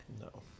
No